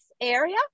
area